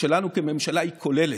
שלנו כממשלה היא כוללת: